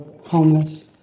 homeless